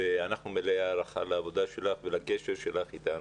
אנחנו מלאי הערכה לעבודה שלך ולקשר שלך איתנו,